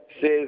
says